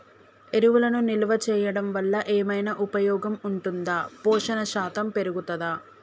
ఎరువులను నిల్వ చేయడం వల్ల ఏమైనా ఉపయోగం ఉంటుందా పోషణ శాతం పెరుగుతదా?